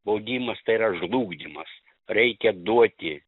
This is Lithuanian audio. baudimas tai yra žlugdymas reikia duoti